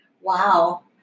Wow